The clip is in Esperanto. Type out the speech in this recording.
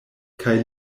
kaj